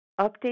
update